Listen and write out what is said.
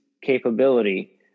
capability